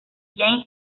jane